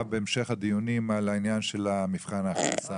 בהמשך הדיונים על העניין של מבחן ההכנסה,